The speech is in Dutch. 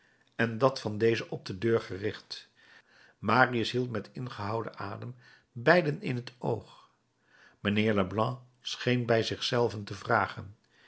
en dat van dezen op de deur gericht marius hield met ingehouden adem beiden in t oog mijnheer leblanc scheen bij zich zelven te vragen